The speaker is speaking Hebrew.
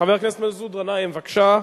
חבר הכנסת מסעוד גנאים, בבקשה.